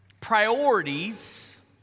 priorities